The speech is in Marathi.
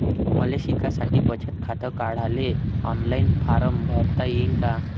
मले शिकासाठी बचत खात काढाले ऑनलाईन फारम भरता येईन का?